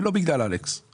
ולא בגלל אלכס קושניר.